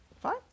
Fine